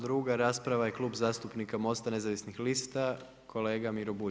Druga rasprava je Klub zastupnika MOST-a nezavisnih lista kolega Miro Bulj.